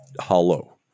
hollow